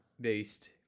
based